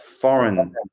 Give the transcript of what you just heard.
foreign